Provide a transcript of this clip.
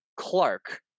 clark